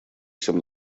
тем